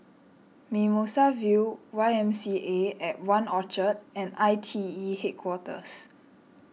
Mimosa View Y M C A at one Orchard and I T E Headquarters